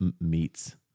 meets